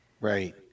right